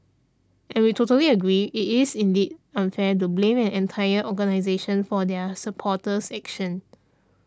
and we totally agree it is indeed unfair to blame an entire organisation for their supporters actions